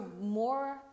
more